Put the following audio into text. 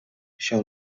się